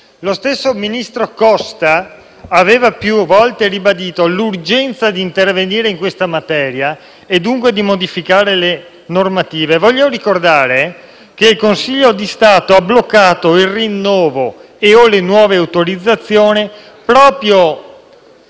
Lo stesso ministro Costa aveva più volte ribadito l'urgenza di intervenire in questa materia e dunque di modificare le normative. Voglio ricordare che il Consiglio di Stato ha bloccato il rinnovo e le nuove autorizzazioni proprio